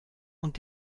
und